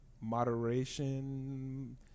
moderation